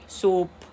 soup